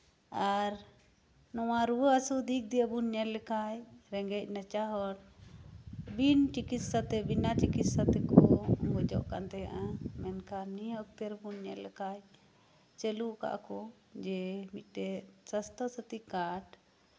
ᱟᱨ ᱱᱚᱣᱟ ᱨᱩᱣᱟᱹᱜ ᱦᱟᱥᱩᱜ ᱫᱤᱠ ᱫᱤᱭᱮ ᱵᱚᱱ ᱧᱮᱞ ᱞᱮᱠᱷᱟᱡ ᱨᱮᱸᱜᱮᱡ ᱱᱟᱪᱟᱨ ᱦᱚᱲ ᱵᱚᱱ ᱪᱤᱠᱤᱛᱥᱟ ᱛᱮ ᱵᱤᱱᱟᱹ ᱪᱤᱠᱤᱛᱥᱟ ᱛᱮᱠᱚ ᱜᱚᱡᱚᱜ ᱠᱟᱱ ᱛᱟᱦᱮᱸᱱᱟ ᱚᱱᱠᱟᱱ ᱱᱤᱭᱟᱹ ᱚᱠᱛᱚ ᱨᱮᱵᱚᱱ ᱧᱮᱞ ᱞᱮᱠᱷᱟᱡ ᱪᱟᱞᱩᱣᱟᱠᱟᱜ ᱟᱠᱚ ᱡᱮ ᱢᱤᱫᱴᱮᱡ ᱥᱟᱥᱛᱷᱚᱼᱥᱟᱛᱷᱤ ᱠᱟᱨᱰ